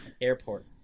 Airport